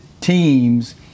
teams